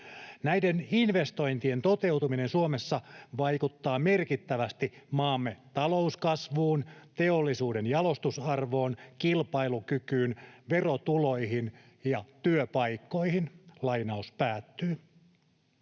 Näiden investointien toteutuminen Suomessa vaikuttaa merkittävästi maamme talouskasvuun, teollisuuden jalostusarvoon, kilpailukykyyn, verotuloihin ja työpaikkoihin.” Hallitus on